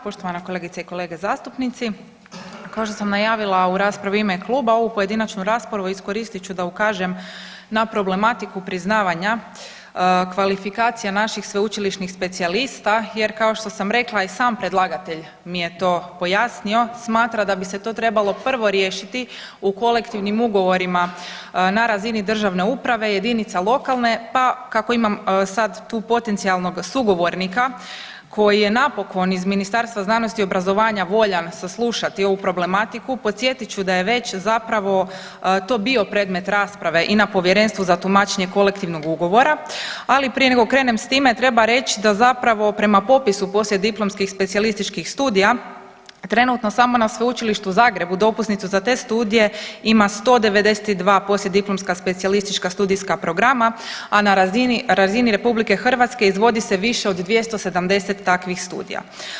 Poštovana kolegice i kolege zastupnici, kao što sam najavila u raspravi u ime kluba ovu pojedinačnu raspravu iskoristit ću da ukažem na problematiku priznavanja kvalifikacija naših sveučilišnih specijalista jer kao što sam rekla i sam predlagatelj mi je to pojasnio smatra da bi se to prvo trebalo riješiti u kolektivnim ugovorima na razini državne uprave, jedinica lokalne pa kako imam sad tu potencijalnog sugovornika koji je napokon iz Ministarstva znanosti i obrazovanja voljan saslušati ovu problematiku podsjetit ću da je već zapravo to bio predmet rasprave i na Povjerenstvu za tumačenje kolektivnog ugovora, ali prije nego krenem s time treba reći da zapravo prema popisu poslijediplomskih specijalističkih studija trenutno samo na Sveučilištu u Zagrebu dopusnicu za te studije ima 192 poslijediplomska specijalistička studijska programa, a na razini RH izvodi se više od 270 takvih studija.